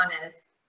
honest